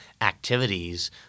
activities